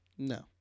No